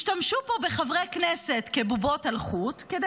השתמשו פה בחברי כנסת כבובות על חוט כדי